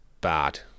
bad